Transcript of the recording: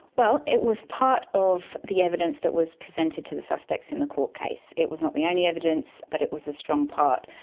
well, it was part of the evidence that was presented to the suspects in the court case. it was not the only evidence but it was a strong part.